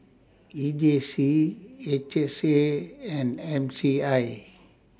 E J C H S A and M C I